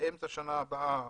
באמצע שנה הבאה